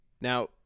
Now